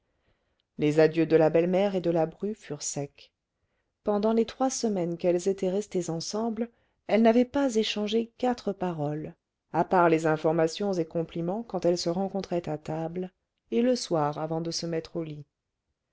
les adieux de la belle-mère et de la bru furent secs pendant les trois semaines qu'elles étaient restées ensemble elles n'avaient pas échangé quatre paroles à part les informations et compliments quand elles se rencontraient à table et le soir avant de se mettre au lit